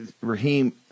Raheem